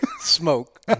Smoke